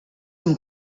amb